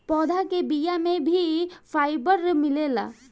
पौधा के बिया में भी फाइबर मिलेला